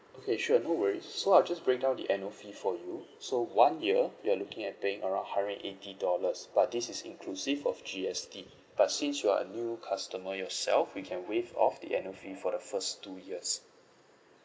okay sure no worries so I'll just break down the annual fee for you so one year you are looking at paying around hundred and eighty dollars but this is inclusive of G_S_T but since you are a new customer yourself we can waive off the annual fee for the first two years